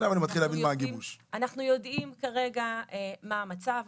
אנחנו יודעים כרגע מה המצב.